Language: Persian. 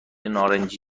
نارنجی